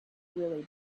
really